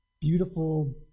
beautiful